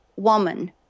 Woman